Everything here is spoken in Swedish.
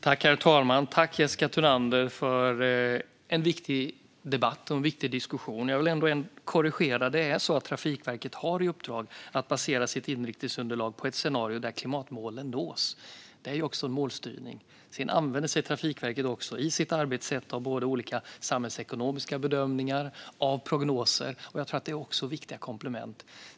Herr talman! Jag tackar Jessica Thunander för en viktig debatt och en viktig diskussion. Jag vill göra en korrigering. Trafikverket har i uppdrag att basera sitt inriktningsunderlag på ett scenario där klimatmålen nås. Det är också målstyrning. Sedan använder sig Trafikverket i sitt arbetssätt även av olika samhällsekonomiska bedömningar och av prognoser. Jag tror att det är viktiga komplement.